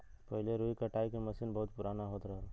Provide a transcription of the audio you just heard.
पहिले रुई कटाई के मसीन बहुत पुराना होत रहल